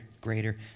greater